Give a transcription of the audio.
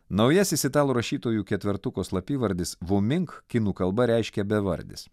naujasis italų rašytojų ketvertuko slapyvardis vumink kinų kalba reiškia bevardis